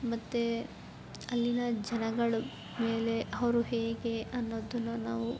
ಮತ್ತೇ ಅಲ್ಲಿನ ಜನಗಳು ಮೇಲೆ ಅವರು ಹೇಗೆ ಅನ್ನೋದನ್ನು ನಾವು